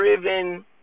driven